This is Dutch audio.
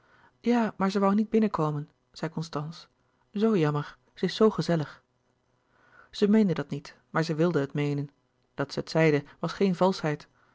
ja maar ze woû niet binnenkomen zei constance zoo jammer ze is zoo gezellig zij meende dat niet maar zij wilde het meenen dat zij het zeide was geen valschheid